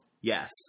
Yes